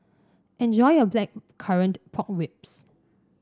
enjoy your Blackcurrant Pork Ribs